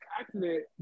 accident